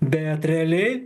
bet realiai